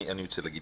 אני רוצה להגיד,